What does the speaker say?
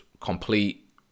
complete